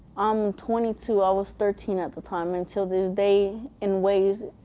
i'm twenty two, i was thirteen at the time. until this day, in ways,